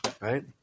right